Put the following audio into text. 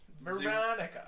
Veronica